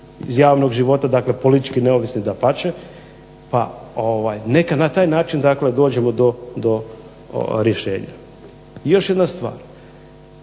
iz javnog života, dakle politički neovisni dapače, pa neka na taj način dakle dođemo do rješenja. I još jedna stvar.